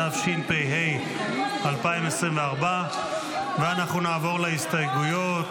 התשפ"ה 2024. ואנחנו נעבור להסתייגויות